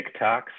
TikToks